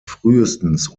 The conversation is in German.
frühestens